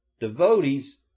devotees